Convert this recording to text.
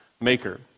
maker